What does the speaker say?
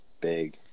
big